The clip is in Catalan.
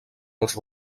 als